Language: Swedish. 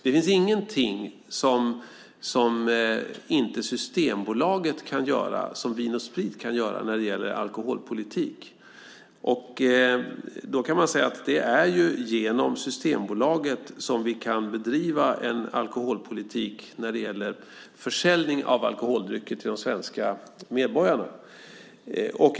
Det finns ingenting beträffande alkoholpolitiken som inte Systembolaget kan göra som Vin & Sprit kan göra, och därför kan man säga att det är genom Systembolaget vi kan bedriva en alkoholpolitik just vad gäller försäljning av alkoholdrycker till de svenska medborgarna.